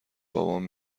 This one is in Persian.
بابام